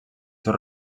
seus